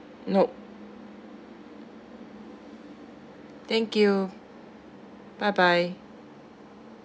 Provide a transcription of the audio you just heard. nope thank you bye bye